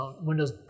Windows